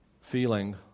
feeling